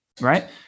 right